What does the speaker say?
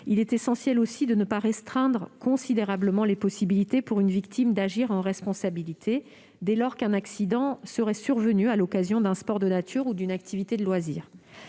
essentiel de ne pas restreindre considérablement les possibilités pour une victime d'agir en responsabilité dès lors qu'un accident serait survenu à l'occasion d'un sport de nature ou d'une activité de loisirs.